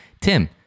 Tim